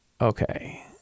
Okay